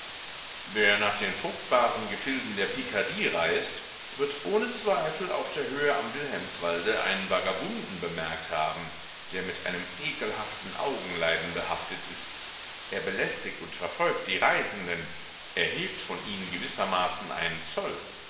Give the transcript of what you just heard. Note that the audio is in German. wer nach den fruchtbaren gefilden der pikardie reist wird ohne zweifel auf der höhe am wilhelmswalde einen vagabunden bemerkt haben der mit einem ekelhaften augenleiden behaftet ist er belästigt und verfolgt die reisenden erhebt von ihnen gewissermaßen einen zoll